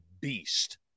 beast